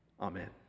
Amen